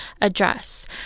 address